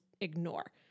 ignore